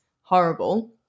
horrible